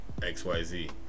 XYZ